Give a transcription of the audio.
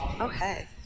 Okay